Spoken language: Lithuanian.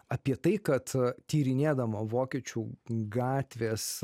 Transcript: apie tai kad tyrinėdama vokiečių gatvės